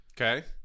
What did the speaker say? Okay